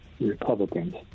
Republicans